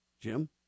Jim